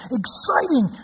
exciting